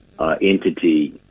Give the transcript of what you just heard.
entity